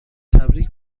تبریک